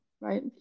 right